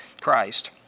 Christ